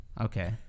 Okay